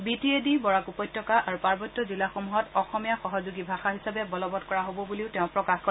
B T A D Barak উপত্যকা আৰু পাৰ্বত্য জিলাসমূহত অসমীয়া সহযোগী ভাষা হিচাপে বলবৎ কৰা হব বুলিও তেওঁ প্ৰকাশ কৰে